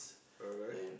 alright